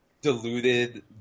deluded